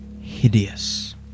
hideous